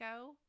go